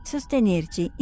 Sostenerci